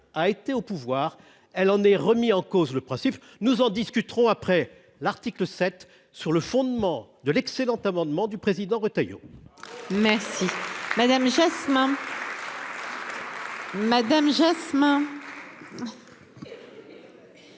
a été au pouvoir, elle en est remis en cause le principe, nous en discuterons après l'article 7 sur le fondement de l'excellent amendement du président Retailleau. Merci madame monsieur.